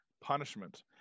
punishment